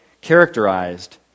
characterized